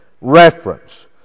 reference